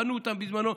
בנו אותם בזמנו,